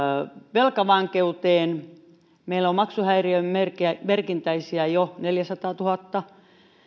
velkavankeuteen meillä on maksuhäiriömerkintäisiä jo neljäsataatuhatta